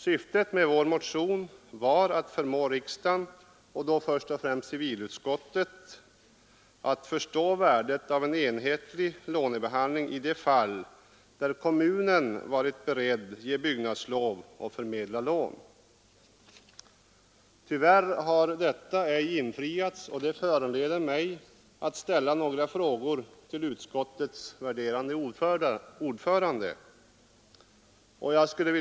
Syftet med vår motion var att förmå riksdagen — då först och främst civilutskottet — att förstå värdet av en enhetlig lånebehandling i de fall där kommunen varit beredd att ge byggnadslov och förmedla lån. Tyvärr har detta krav ej tillgodosetts, vilket föranleder mig att ställa några frågor till utskottets värderade ordförande.